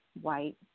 white